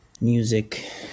music